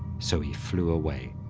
so he flew away.